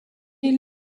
est